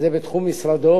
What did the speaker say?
על המהלך החשוב.